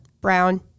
brown